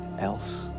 else